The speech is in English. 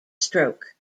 stroke